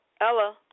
Ella